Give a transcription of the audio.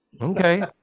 Okay